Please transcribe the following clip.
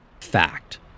Fact